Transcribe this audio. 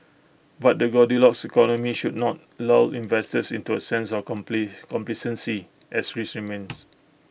but the goldilocks economy should not lull investors into A sense of complacency as risks remains